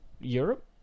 Europe